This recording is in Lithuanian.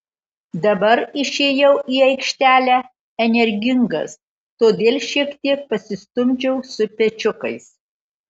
dabar išėjau į aikštelę energingas todėl šiek tiek pasistumdžiau su pečiukais